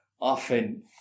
often